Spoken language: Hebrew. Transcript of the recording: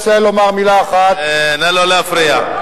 אני רוצה לומר מלה אחת, נא לא להפריע.